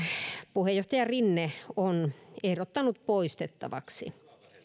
puheenjohtaja rinne on ehdottanut poistettavaksi